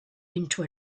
into